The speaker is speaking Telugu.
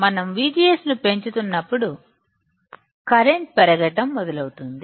మనం VGS ను పెంచుతున్నప్పుడు కరెంటు పెరగటం మొదలవుతుంది